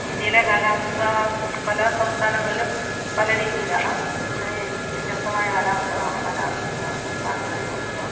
ഇന്ത്യയിലെ കാലാവസ്ഥ പല സംസ്ഥാനങ്ങളിലും പല രീതിയിലാണ് ഒത്തിരി വ്യത്യസ്തമായ കാലാവസ്ഥകളാണ് പല സംസ്ഥാനത്തും അനുഭവപ്പെടുന്നത്